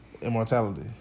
immortality